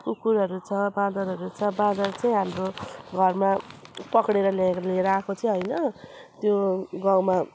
कुकुरहरू छ बाँदरहरू छ बाँदर चाहिँ हाम्रो घरमा पक्रिएर ले लिएर आएको चाहिँ होइन त्यो गाउँमा